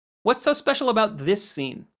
what's so special about this scene?